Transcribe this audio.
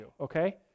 Okay